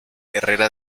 herrera